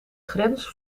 grens